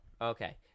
Okay